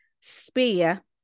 spear